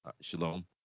shalom